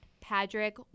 Patrick